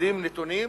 מעבדים נתונים,